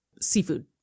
seafood